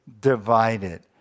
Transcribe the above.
divided